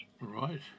right